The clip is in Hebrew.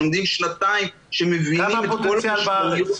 שלומד שנתיים ומבין את כל המשמעויות.